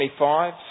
25